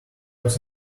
was